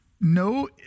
no